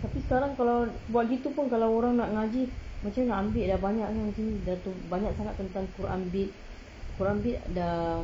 tapi sekarang kalau buat gitu pun kalau orang nak ngaji macam mana nak ambil dah banyak macam ni dah tu banyak sangat tentang quran orang dah